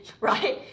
right